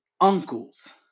uncles